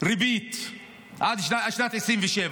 ריבית עד שנת 2027,